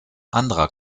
anderer